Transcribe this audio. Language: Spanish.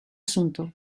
asunto